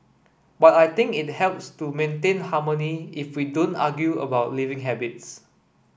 but I think it helps to maintain harmony if we don't argue about living habits